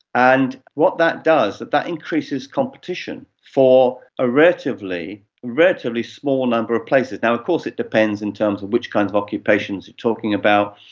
and what that does, that that increases competition for a relatively relatively small number of places. of course it depends in terms of which kinds of occupations you are talking about.